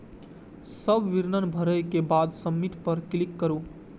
सब विवरण भरै के बाद सबमिट पर क्लिक करू